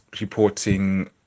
reporting